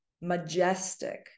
majestic